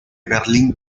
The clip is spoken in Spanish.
berlín